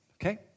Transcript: Okay